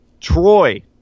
Troy